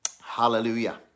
Hallelujah